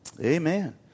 Amen